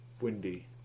windy